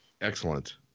Excellent